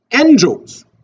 angels